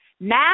Now